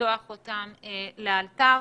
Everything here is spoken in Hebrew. לפתוח אותם לאלתר.